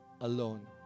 alone